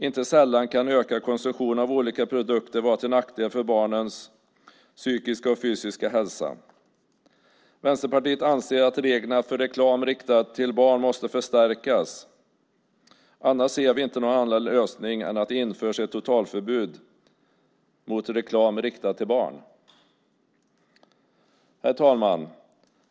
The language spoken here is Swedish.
Inte sällan kan ökad konsumtion av de olika produkterna vara till nackdel för barnens psykiska och fysiska hälsa. Vänsterpartiet anser att reglerna för reklam riktad till barn måste förstärkas. Annars ser vi inte någon annan lösning än att det införs ett totalförbud mot reklam riktad till barn. Herr talman!